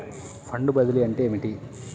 Fund బదిలీ అంటే ఏమిటి?